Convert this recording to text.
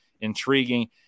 intriguing